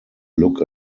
look